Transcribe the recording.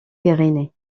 pyrénées